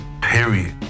period